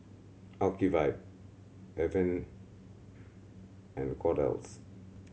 Ocuvite Avene and Kordel's